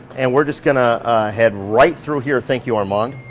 and we're just gonna head right through here. thank you, armand.